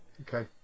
okay